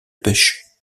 pêche